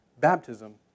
Baptism